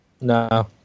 No